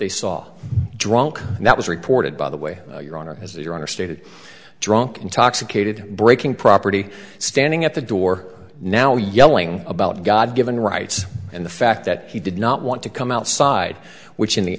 they saw drunk and that was reported by the way your honor is that your honor stated drunk intoxicated breaking property standing at the door now yelling about god given rights and the fact that he did not want to come outside which in the